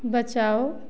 बचाओ